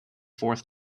fourth